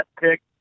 pick